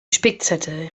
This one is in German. spickzettel